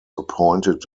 appointed